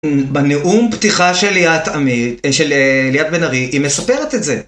בנאום פתיחה של ליאת עמי, של ליאת בן ארי, היא מספרת את זה.